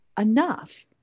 enough